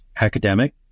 academic